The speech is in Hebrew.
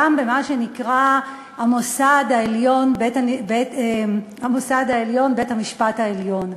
גם במה שנקרא המוסד העליון, בית-המשפט העליון.